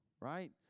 right